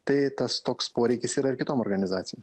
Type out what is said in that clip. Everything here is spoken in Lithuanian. tai tas toks poreikis yra ir kitom organizacijom